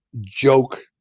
joke